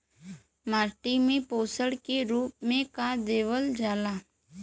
माटी में पोषण के रूप में का देवल जाला?